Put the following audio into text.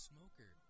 Smoker